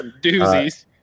Doozies